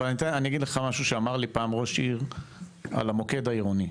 אני אגיד לך משהו שאמר לי פעם ראש עיר על המוקד העירוני.